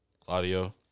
Claudio